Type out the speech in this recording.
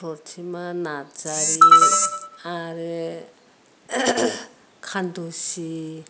प्रतिमा नार्जारि आरो खान्दुसि